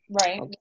Right